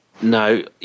No